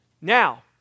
Now